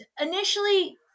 initially